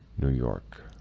new york,